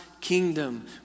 kingdom